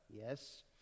Yes